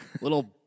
little